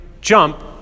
jump